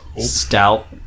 stout